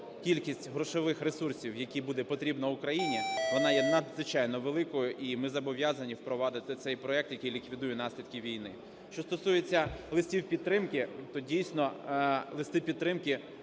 кількість грошових ресурсів, які буде потрібно Україні, вона є надзвичайно великою, і ми зобов'язані впровадити цей проект, який ліквідує наслідки війни. Що стосується листів підтримки, то, дійсно, листи підтримки